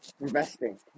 investing